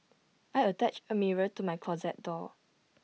I attached A mirror to my closet door